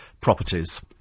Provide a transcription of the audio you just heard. properties